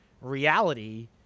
reality